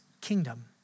kingdom